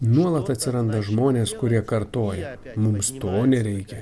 nuolat atsiranda žmonės kurie kartoja mums to nereikia